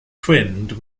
twinned